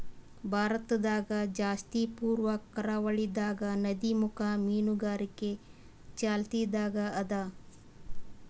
ಭಾರತದಾಗ್ ಜಾಸ್ತಿ ಪೂರ್ವ ಕರಾವಳಿದಾಗ್ ನದಿಮುಖ ಮೀನುಗಾರಿಕೆ ಚಾಲ್ತಿದಾಗ್ ಅದಾ